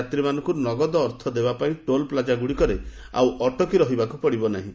ଯାତ୍ରୀମାନଙ୍କୁ ନଗଦ ଅର୍ଥ ଦେବାପାଇଁ ଟୋଲ୍ ପ୍ଲାଜାଗୁଡ଼ିକରେ ଆଉ ଅଟକି ରହିବାକୁ ପଡ଼ିବ ନାହିଁ